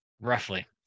roughly